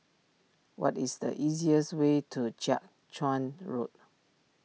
what is the easiest way to Jiak Chuan Road